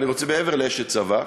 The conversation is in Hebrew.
מעבר להיותך אשת צבא.